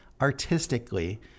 artistically—